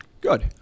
Good